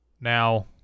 Now